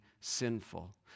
sinful